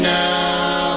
now